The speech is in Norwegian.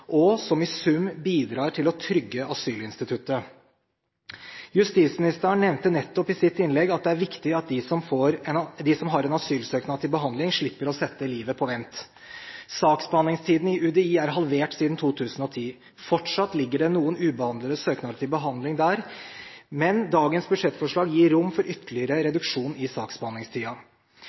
og som i sum bidrar til å trygge asylinstituttet. Justisministeren nevnte nettopp i sitt innlegg at det er viktig at de som har en asylsøknad til behandling, slipper å sette livet på vent. Saksbehandlingstiden i UDI er halvert siden 2010. Fortsatt ligger det noen ubehandlede søknader til behandling der, men dagens budsjettforslag gir rom for ytterligere reduksjon i